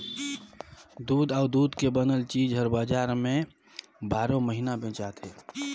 दूद अउ दूद के बनल चीज हर बजार में बारो महिना बेचाथे